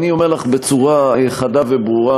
אני אומר לך בצורה חדה וברורה,